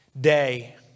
day